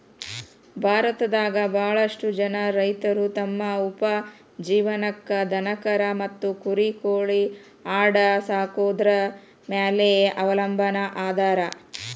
ಭಾರತದಾಗ ಬಾಳಷ್ಟು ಜನ ರೈತರು ತಮ್ಮ ಉಪಜೇವನಕ್ಕ ದನಕರಾ ಮತ್ತ ಕುರಿ ಕೋಳಿ ಆಡ ಸಾಕೊದ್ರ ಮ್ಯಾಲೆ ಅವಲಂಬನಾ ಅದಾರ